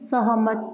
सहमत